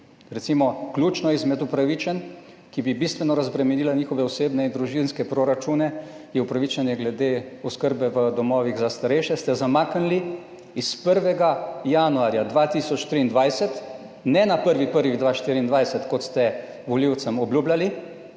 recimo, ključno izmed upravičenj, ki bi bistveno razbremenila njihove osebne in družinske proračune je opravičenje glede oskrbe v domovih za starejše, ste zamaknili iz 1. januarja 2023, ne na 1. 1. 2024 kot ste volivcem obljubljali,